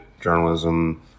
journalism